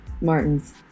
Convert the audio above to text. Martin's